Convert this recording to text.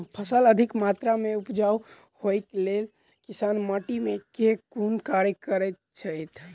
फसल अधिक मात्रा मे उपजाउ होइक लेल किसान माटि मे केँ कुन कार्य करैत छैथ?